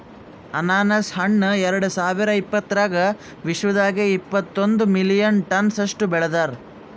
ಅನಾನಸ್ ಹಣ್ಣ ಎರಡು ಸಾವಿರ ಇಪ್ಪತ್ತರಾಗ ವಿಶ್ವದಾಗೆ ಇಪ್ಪತ್ತೆಂಟು ಮಿಲಿಯನ್ ಟನ್ಸ್ ಅಷ್ಟು ಬೆಳದಾರ್